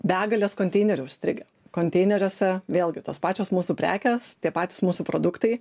begalės konteinerių užstrigę konteineriuose vėlgi tos pačios mūsų prekės tie patys mūsų produktai